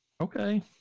Okay